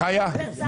כך היה, כך היה תמיד.